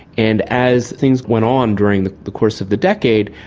and as things went on during the the course of the decade,